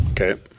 Okay